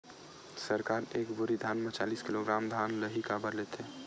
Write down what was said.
सरकार एक बोरी धान म चालीस किलोग्राम धान ल ही काबर लेथे?